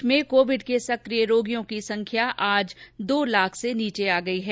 देश में कोविड के सकिय रोगियों की संख्या आज दो लाख से नीचे आ गई है